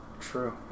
True